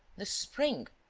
the spring,